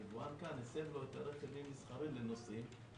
היבואן כאן הסב לו את הרכב ממסחרי לנוסעים,